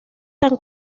tan